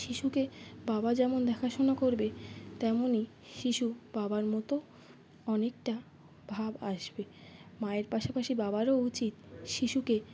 শিশুকে বাবা যেমন দেখাশোনা করবে তেমনই শিশু বাবার মতো অনেকটা ভাব আসবে মায়ের পাশাপাশি বাবারও উচিত শিশুকে